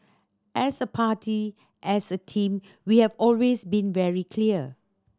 as a party as a team we have always been very clear